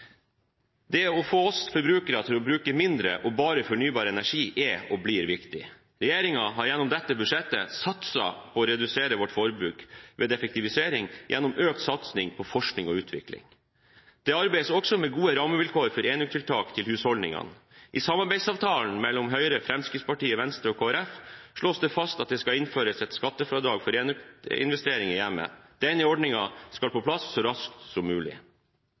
Det å få oss forbrukere til å bruke mindre og bare fornybar energi er og blir viktig. Regjeringen har i dette budsjettet satset på å redusere vårt forbruk ved effektivisering gjennom økt satsing på forskning og utvikling. Det arbeides også med gode rammevilkår for enøktiltak til husholdningene. I samarbeidsavtalen mellom Høyre, Fremskrittspartiet, Venstre og Kristelig Folkeparti slås det fast at det skal innføres et skattefradrag for enøkinvesteringer i hjemmet. Denne ordningen skal på plass så raskt som mulig.